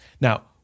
Now